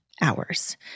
hours